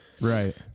Right